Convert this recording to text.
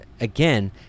again